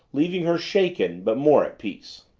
leaving her shaken but more at peace.